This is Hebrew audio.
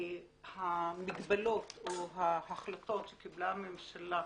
המגבלות או ההחלטות שקיבלה הממשלה